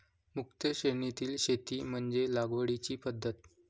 मुक्त श्रेणीतील शेती म्हणजे लागवडीची पद्धत